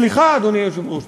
סליחה, אדוני היושב-ראש, טעות: